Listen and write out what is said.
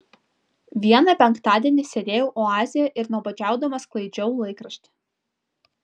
vieną penktadienį sėdėjau oazėje ir nuobodžiaudama sklaidžiau laikraštį